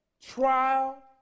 trial